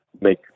make